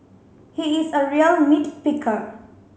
he is a real nit picker